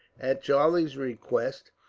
at charlie's request,